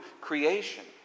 creation